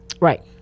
Right